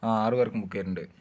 ആ ആറു പേർക്കും ബുക്ക് ചെയ്തിട്ടുണ്ട്